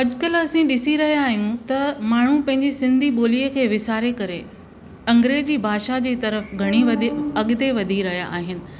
अॼुकल्ह असी ॾिसी रहियां आहियूं त माण्हू पंहिंजी सिन्धी ॿोलीअ खे विसारे करे अंग्रेजी भाषा जी तर्फ़ु घणी अॻिते वधी रहियां आहिनि